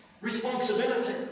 Responsibility